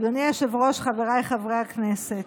אדוני היושב-ראש, חבריי חברי הכנסת,